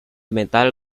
metal